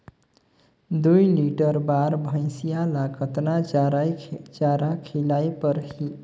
दुई लीटर बार भइंसिया ला कतना चारा खिलाय परही?